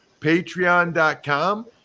patreon.com